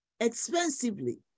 expensively